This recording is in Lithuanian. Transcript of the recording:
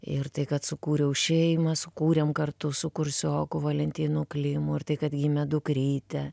ir tai kad sukūriau šeimą sukūrėm kartu su kursioku valentinu klimu ir tai kad gimė dukrytė